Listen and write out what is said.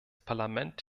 parlament